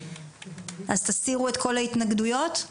אז תסירו את כל ההתנגדויות?